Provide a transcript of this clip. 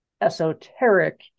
esoteric